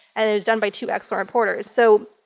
and it was done by two excellent reporters. so,